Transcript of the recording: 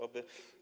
Oby.